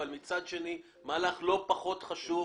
אבל מצד שני, מהלך לא פחות חשוב,